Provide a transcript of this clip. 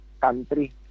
country